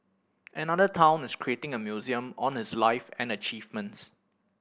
another town is creating a museum on his life and achievements